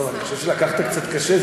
טוב, אני חושב שלקחת קצת קשה.